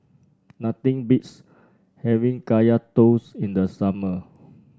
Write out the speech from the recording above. nothing beats having Kaya Toast in the summer